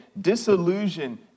disillusion